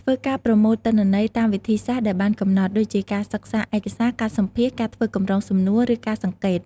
ធ្វើការប្រមូលទិន្នន័យតាមវិធីសាស្ត្រដែលបានកំណត់ ដូចជាការសិក្សាឯកសារ ការសម្ភាសន៍ ការធ្វើកម្រងសំណួរ ឬការសង្កេត។